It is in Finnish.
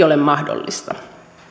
ole mahdollista